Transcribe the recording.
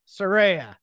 Soraya